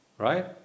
Right